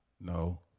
No